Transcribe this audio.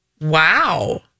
Wow